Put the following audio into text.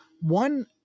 One